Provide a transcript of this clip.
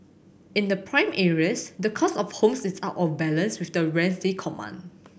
in the prime areas the cost of homes is out of balance with the rents they command